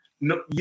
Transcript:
No